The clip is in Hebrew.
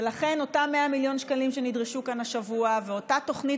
ולכן אותם מעל 100 מיליון שקלים שנדרשו כאן השבוע ואותה תוכנית